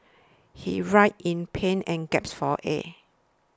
he writhed in pain and gasped for air